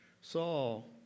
Saul